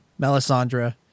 Melisandre